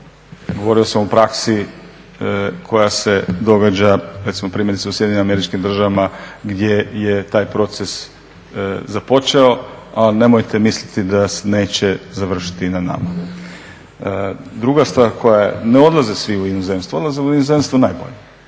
govorio sam o praksi koja se događa recimo primjerice u Sjedinjenim Američkim Državama gdje je taj proces započeo, a nemojte misliti da neće završiti i na nama. Druga stvar koja, ne odlaze svi u inozemstvo, odlaze u inozemstvo najbolji,